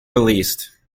released